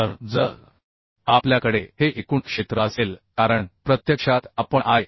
तर जर आपल्याकडे हे एकूण क्षेत्र असेल कारण प्रत्यक्षात आपण आय